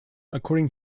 according